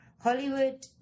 Hollywood